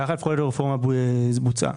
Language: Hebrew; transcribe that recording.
ככה לפחות הרפורמה בוצעה.